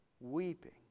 weeping